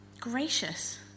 Gracious